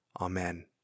Amen